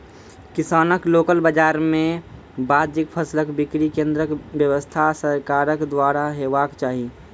किसानक लोकल बाजार मे वाजिब फसलक बिक्री केन्द्रक व्यवस्था सरकारक द्वारा हेवाक चाही?